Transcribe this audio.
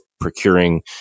procuring